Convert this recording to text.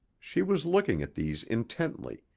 she was looking at these intently,